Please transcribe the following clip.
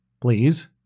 please